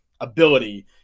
ability